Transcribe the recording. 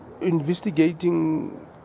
investigating